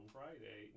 Friday